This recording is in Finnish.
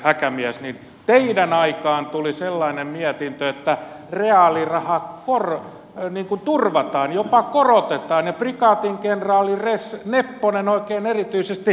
teidän aikaanne tuli sellainen mietintö että reaaliraha turvataan jopa korotetaan ja prikaatikenraali nepponen oikein erityisesti sitä vahti